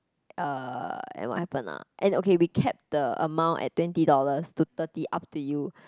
uh and what happened lah and okay we kept the amount at twenty dollars or thirty up to you